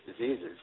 diseases